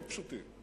לא פשוטים,